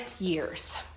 years